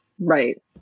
Right